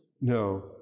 no